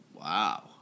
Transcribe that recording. Wow